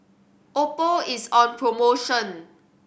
oppo is on promotion